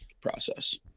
process